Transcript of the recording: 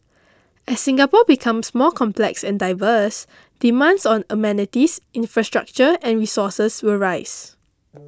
as Singapore becomes more complex and diverse demands on amenities infrastructure and resources will rise